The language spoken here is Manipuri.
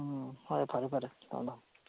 ꯎꯝ ꯍꯣꯏ ꯐꯔꯦ ꯐꯔꯦ ꯊꯝꯃꯣ ꯊꯝꯃꯣ